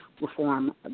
reform